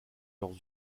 leurs